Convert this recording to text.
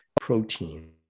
protein